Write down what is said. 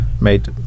made